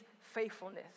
faithfulness